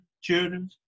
children